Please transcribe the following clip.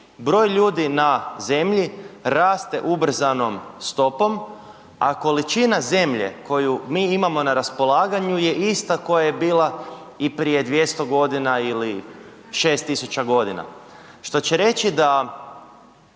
broj ljudi na zemlji, raste ubrzanom stopom, a količina zemlje, koju mi imamo na raspolaganju je ista koja je bila i prije 200 g. ili 6000 godina što će reći da,